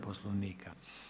Poslovnika.